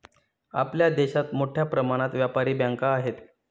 आपल्या देशात मोठ्या प्रमाणात व्यापारी बँका आहेत